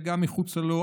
וגם מחוצה לו,